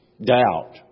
doubt